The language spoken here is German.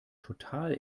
total